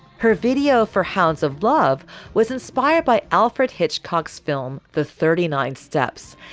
her video for hounds of love was inspired by alfred hitchcock's film the thirty nine steps,